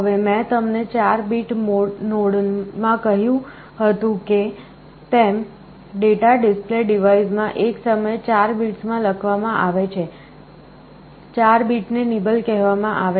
હવે મેં તમને 4 બીટ નોડમાં કહ્યું હતું તેમ ડેટા ડિસ્પ્લે ડિવાઇસ માં એક સમયે 4 બીટ્સમાં લખવામાં આવે છે 4 બીટ ને નિબલ કહેવામાં આવે છે